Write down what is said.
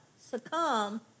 succumb